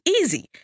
easy